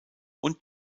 und